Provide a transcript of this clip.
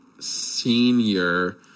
senior